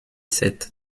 sept